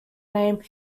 name